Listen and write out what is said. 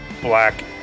Black